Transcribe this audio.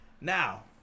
Now